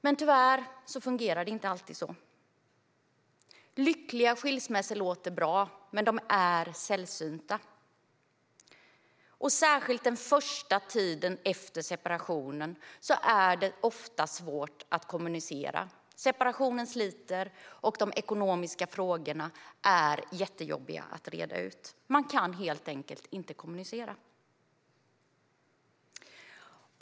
Men tyvärr fungerar det inte alltid så. Lyckliga skilsmässor låter bra, men de är sällsynta. Särskilt den första tiden efter separationen är det ofta svårt att kommunicera. Separationen sliter, och de ekonomiska frågorna är jättejobbiga att reda ut. Man kan helt enkelt inte kommunicera.